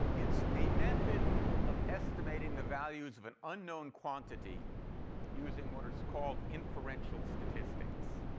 it's a method of estimating the values of an unknown quantity using what is called inferential statistics.